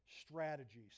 strategies